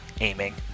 aiming